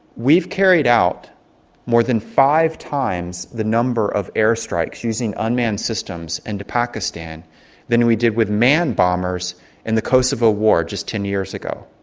we've carried out more than five times the number of airstrikes using unmanned systems into pakistan than we did with manned bombers in the kosovo war just ten years ago.